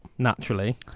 naturally